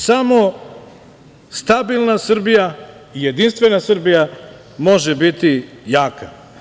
Samo stabilna Srbija i jedinstvena Srbija može biti jaka.